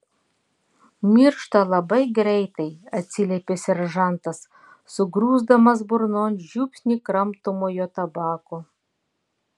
miršta labai greitai atsiliepė seržantas sugrūsdamas burnon žiupsnį kramtomojo tabako